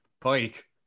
Pike